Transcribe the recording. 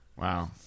Wow